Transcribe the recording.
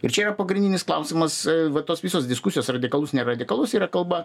ir čia yra pagrindinis klausimas vat tos visos diskusijos radikalus neradikalus yra kalba